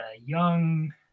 young